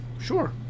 sure